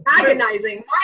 agonizing